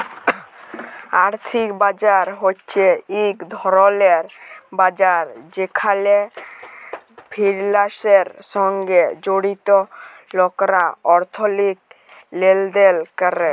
আর্থিক বাজার হছে ইক ধরলের বাজার যেখালে ফিলালসের সঙ্গে জড়িত লকরা আথ্থিক লেলদেল ক্যরে